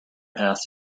path